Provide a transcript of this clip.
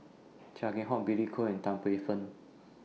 Chia Keng Hock Billy Koh and Tan Paey Fern